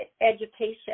education